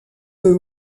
peu